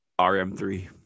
RM3